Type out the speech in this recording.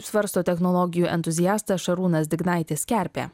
svarsto technologijų entuziastas šarūnas dignaitis kerpė